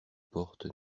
porte